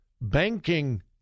banking